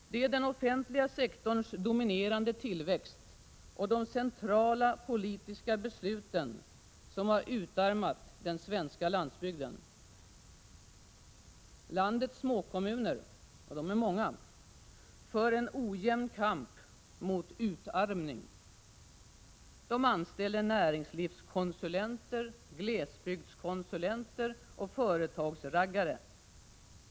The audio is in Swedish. Det är den offentliga sektorns dominerande tillväxt och de centrala politiska besluten som har utarmat den svenska landsbygden! Landets småkommuner — och de är många — för en ojämn kamp mot utarmning. De anställer näringslivskonsulenter, glesbygdskonsulenter och företagsraggare.